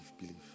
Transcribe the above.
believe